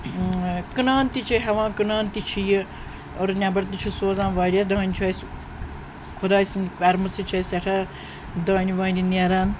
ٲں کٕنان تہِ چھِ ہیٚوان کٕنان تہِ چھِ یہِ اورٕ نیٚبَر تہِ چھِ سوزان واریاہ دانہِ چھُ اسہِ خۄداے سٕنٛدۍ کَرمہٕ سۭتۍ چھُ اسہِ سٮ۪ٹھاہ دانہِ وانہِ نیران